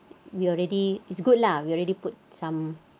we already it's good lah we already put some